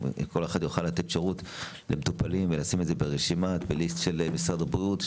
אם כל אחד יוכל לתת שירות למטופלים ולשים את זה ברשימה של משרד הבריאות,